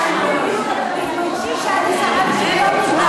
אתה מכיר את החוק?